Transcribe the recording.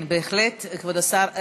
בהחלט, כבוד השר.